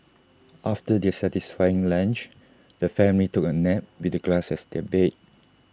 after their satisfying lunch the family took A nap with the grass as their bed